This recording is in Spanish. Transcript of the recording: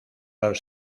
los